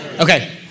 Okay